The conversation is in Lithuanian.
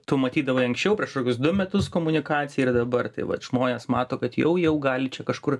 tu matydavai anksčiau prieš kokius du metus komunikaciją ir dabar tai vat žmonės mato kad jau jau gali čia kažkur